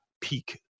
peak